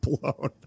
blown